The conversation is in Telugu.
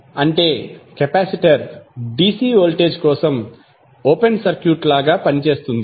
అంటే కెపాసిటర్ DC వోల్టేజ్ కోసం ఓపెన్ సర్క్యూట్ లాగా పనిచేస్తుంది